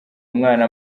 umwana